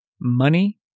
money